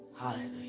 Hallelujah